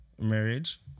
marriage